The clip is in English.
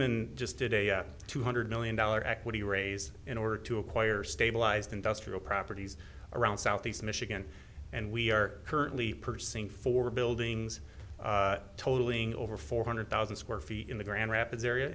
katzman just did a two hundred million dollar equity raise in order to acquire stabilized industrial properties around southeast michigan and we are currently purchasing four buildings totaling over four hundred thousand square feet in the grand rapids area